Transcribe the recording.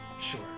Sure